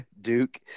Duke